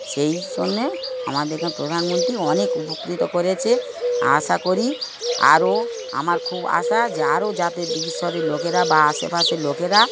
সেই জন্যে আমাদের এখানে প্রধানমন্ত্রী অনেক উপকৃত করেছে আশা করি আরও আমার খুব আশা যে আরও যাতে ঈশ্বরের লোকেরা বা আশেপাশের লোকেরা